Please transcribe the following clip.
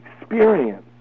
experience